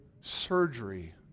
Surgery